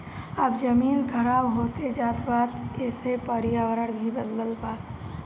जब जमीन खराब होत जात बा त एसे पर्यावरण भी बदलत बा